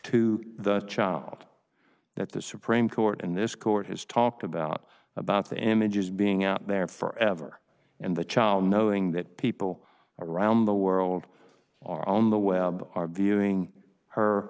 to the child that the supreme court and this court has talked about about the images being out there forever and the child knowing that people around the world are on the web are viewing her